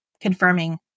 confirming